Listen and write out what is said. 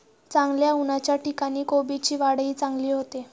चांगल्या उन्हाच्या ठिकाणी कोबीची वाढही चांगली होते